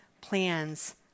plans